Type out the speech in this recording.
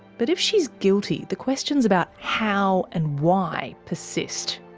but if she's guilty, the questions about how and why persist.